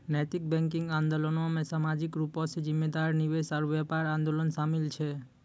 नैतिक बैंकिंग आंदोलनो मे समाजिक रूपो से जिम्मेदार निवेश आरु व्यापार आंदोलन शामिल छै